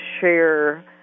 share